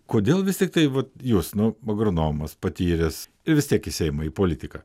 kodėl vis tiktai vat jūs nu agronomas patyręs ir vis tiek į seimą į politiką